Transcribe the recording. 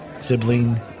sibling